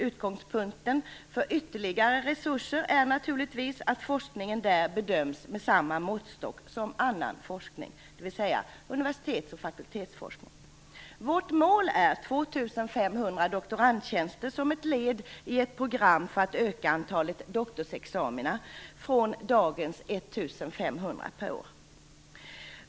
Utgångspunkten för ytterligare resurser är naturligtvis att forskningen där bedöms med samma måttstock som annan forskning, dvs. universitets och fakultetsforskning. Vårt mål är 2 500 doktorandtjänster som ett led i ett program för att öka antalet doktorsexamina från dagens 1 500 per år.